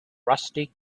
rusty